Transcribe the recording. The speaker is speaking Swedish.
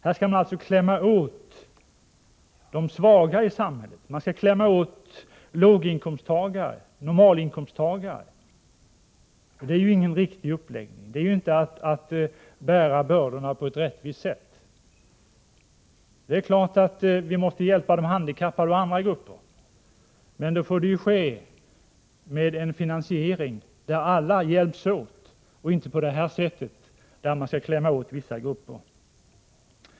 Här skall man alltså klämma åt de svaga i samhället, låginkomsttagare och normalinkomsttagare. Det är ingen riktig uppläggning. Det är inte att fördela bördorna på ett rättvist sätt. Vi måste givetvis hjälpa de handikappade och andra grupper. Men då får det ske med en finansiering där alla hjälps åt och inte på detta sätt där man klämmer åt vissa grupper.